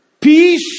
peace